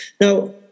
now